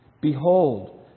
Behold